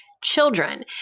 children